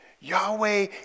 Yahweh